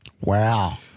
Wow